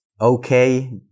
okay